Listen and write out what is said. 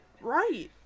right